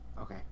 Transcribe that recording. Okay